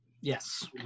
Yes